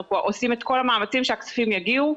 אנחנו פה עושים את כל המאמצים שהכספים יגיעו.